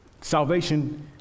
Salvation